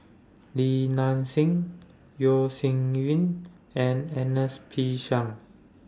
Li Nanxing Yeo Shih Yun and Ernest P Shanks